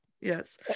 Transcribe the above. Yes